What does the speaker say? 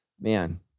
Man